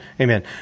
Amen